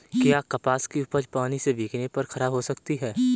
क्या कपास की उपज पानी से भीगने पर खराब हो सकती है?